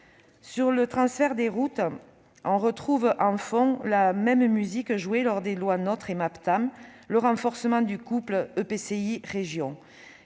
Sur le transfert des routes, on retrouve en fond la même musique jouée lors des lois NOTRe et Maptam : le renforcement du couple EPCI-région.